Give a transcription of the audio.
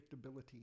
predictability